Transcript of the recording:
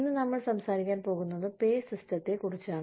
ഇന്ന് നമ്മൾ സംസാരിക്കാൻ പോകുന്നത് പേ സിസ്റ്റത്തെക്കുറിച്ചാണ്